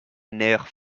nerfs